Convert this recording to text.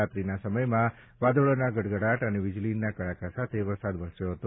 રાત્રીના સમયમાં વાદળોના ગડગડાટ અને વીજળીના કડાકા સાથે વરસાદ વરસ્યો હતો